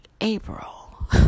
April